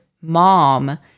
mom